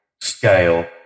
scale